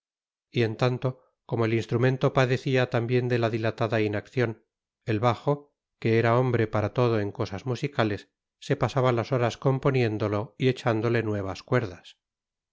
y en tanto como el instrumento padecía también de la dilatada inacción el bajo que era hombre para todo en cosas musicales se pasaba las horas componiéndolo y echándole nuevas cuerdas